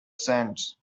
sands